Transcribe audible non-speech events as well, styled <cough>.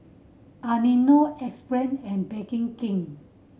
Anello Axe Brand and <unintelligible> King